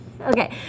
Okay